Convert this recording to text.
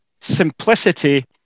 Simplicity